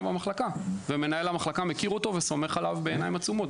במחלקה ומנהל המחלקה מכיר אותו וסומך עליו בעניים עצומות.